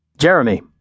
Jeremy